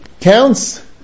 counts